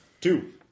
two